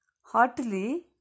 heartily